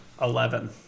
Eleven